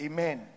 Amen